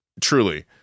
Truly